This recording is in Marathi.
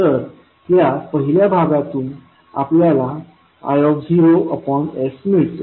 तर या पहिल्या भागातून आपल्याला i0s मिळते